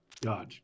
God